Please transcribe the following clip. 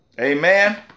Amen